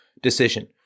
decision